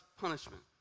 punishment